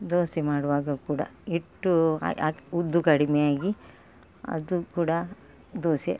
ದೋಸೆ ಮಾಡುವಾಗ ಕೂಡ ಹಿಟ್ಟು ಉದ್ದು ಕಡಿಮೆ ಆಗಿ ಅದು ಕೂಡ ದೋಸೆ